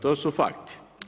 To su fakti.